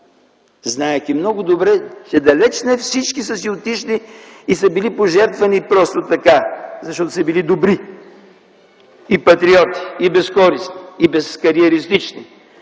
знаейки много добре, че далеч не всички са си отишли и са били пожертвани просто така, защото са били добри и патриоти, и безкористни, и безкариеристични.